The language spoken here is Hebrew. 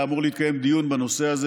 היה אמור להתקיים דיון בנושא הזה